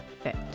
fit